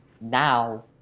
now